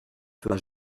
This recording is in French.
fera